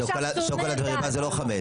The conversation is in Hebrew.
שוקולד הוא לא חמץ.